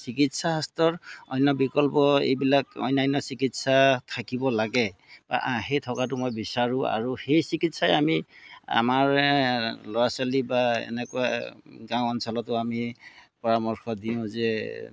চিকিৎসা শাস্ত্ৰৰ অন্য বিকল্প এইবিলাক অন্যান্য চিকিৎসা থাকিব লাগে বা সেই থকাটো মই বিচাৰোঁ আৰু সেই চিকিৎসাই আমি আমাৰ ল'ৰা ছোৱালী বা এনেকুৱা গাঁও অঞ্চলতো আমি পৰামৰ্শ দিওঁ যে